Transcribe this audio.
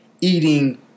eating